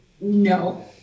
No